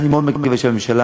אני מאוד מקווה שהממשלה